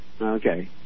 Okay